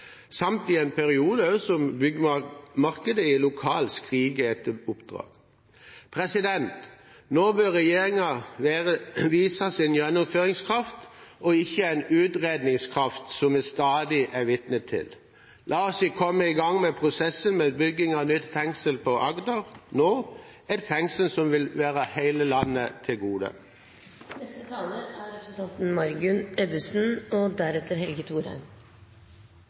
i en periode da byggemarkedet lokalt skriker etter oppdrag. Nå bør regjeringen vise sin gjennomføringskraft og ikke en utredningskraft, som vi stadig er vitne til. La oss komme i gang med prosessen med bygging av nytt fengsel på Agder nå, et fengsel som vil komme hele landet til gode.